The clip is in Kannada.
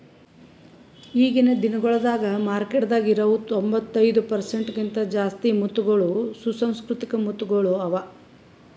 ಈಗಿನ್ ದಿನಗೊಳ್ದಾಗ್ ಮಾರ್ಕೆಟದಾಗ್ ಇರವು ತೊಂಬತ್ತೈದು ಪರ್ಸೆಂಟ್ ಕಿಂತ ಜಾಸ್ತಿ ಮುತ್ತಗೊಳ್ ಸುಸಂಸ್ಕೃತಿಕ ಮುತ್ತಗೊಳ್ ಅವಾ